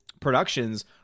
productions